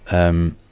um,